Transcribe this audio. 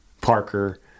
parker